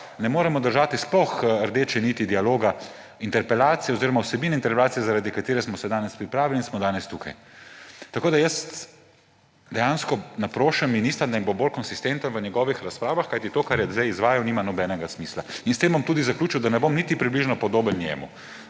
ne moremo držati sploh rdeče niti dialoga interpelacije oziroma vsebine interpelacije, na katero smo se danes pripravili in smo danes tukaj. Jaz dejansko naprošam ministra, naj bo bolj konsistenten v njegovih razpravah, kajti to, kar je zdaj izvajal, nima nobenega smisla. In s tem bom tudi zaključil, da ne bom niti približno podoben njemu.